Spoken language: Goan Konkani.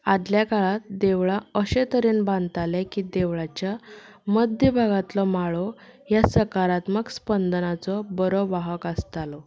आदल्या काळार देवळां अशें तरेन बांदताले की देवळाच्या मध्य भागांतलो माळो ह्या सकारात्मक संपदनाचो बरो वाहक आसतालो